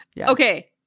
Okay